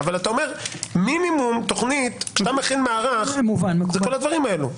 אבל כשאתה מכין מערך, זה כל הדברים האלה.